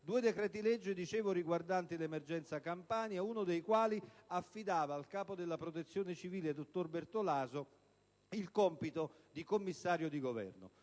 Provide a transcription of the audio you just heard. due decreti-legge riguardanti l'emergenza Campania, uno dei quali affidava al capo della Protezione civile, dottor Bertolaso, il compito di commissario di Governo.